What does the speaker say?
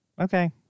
Okay